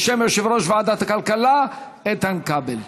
בשם יושב-ראש ועדת הכלכלה איתן כבל.